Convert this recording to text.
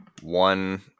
one